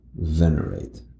venerate